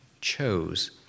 chose